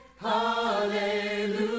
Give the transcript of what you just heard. Hallelujah